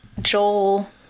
Joel